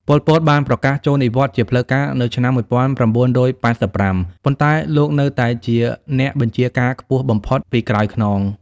ប៉ុល ពត បានប្រកាសចូលនិវត្តន៍ជាផ្លូវការនៅឆ្នាំ១៩៨៥ ប៉ុន្តែលោកនៅតែជាអ្នកបញ្ជាការខ្ពស់បំផុតពីក្រោយខ្នង។